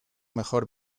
mejor